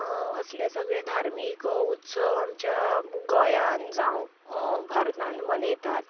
असले सगळें धार्मीक उत्सव आमच्या गोंयांत जावं भारतांत मनयतात